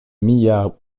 mia